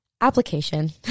application